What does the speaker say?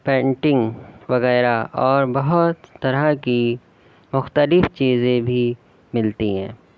painting وغیرہ اور بہت طرح کی مختلف چیزیں بھی ملتی ہیں